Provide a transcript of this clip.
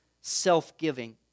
self-giving